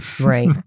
right